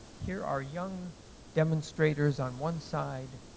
here are young demonstrators on one side,